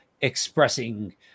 expressing